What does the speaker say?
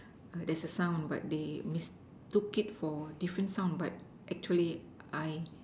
err there's a sound but they mistook it for different sound but actually I